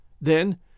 Then